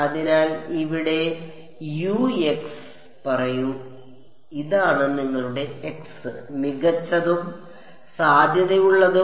അതിനാൽ ഇവിടെ പറയൂ ഇതാണ് നിങ്ങളുടെ x മികച്ചതും സാധ്യതയുള്ളതും